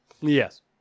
Yes